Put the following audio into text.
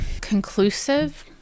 conclusive